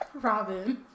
Robin